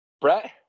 Brett